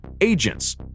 agents